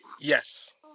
yes